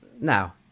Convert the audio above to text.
Now